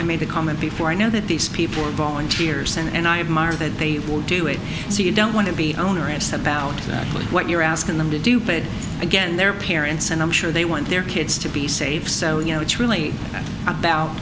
i made the comment before i know that these people are volunteers and i admire that they will do it so you don't want to be onerous about what you're asking them to do but again their parents and i'm sure they want their kids to be safe so you know it's really about